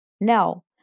No